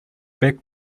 back